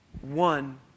one